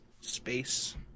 space